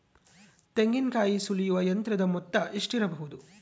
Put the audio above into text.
ತೆಂಗಿನಕಾಯಿ ಸುಲಿಯುವ ಯಂತ್ರದ ಮೊತ್ತ ಎಷ್ಟಿರಬಹುದು?